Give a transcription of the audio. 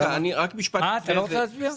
אתה לא רוצה להצביע?